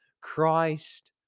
Christ